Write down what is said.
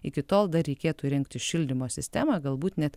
iki tol dar reikėtų įrengti šildymo sistemą galbūt net